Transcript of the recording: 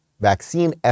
vaccine